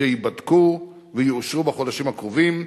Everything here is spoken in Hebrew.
שייבדקו ויאושרו בחודשים הקרובים.